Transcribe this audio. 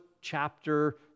chapter